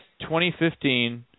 2015